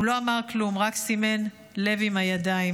הוא לא אמר כלום, רק סימן לב עם הידיים.